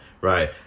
right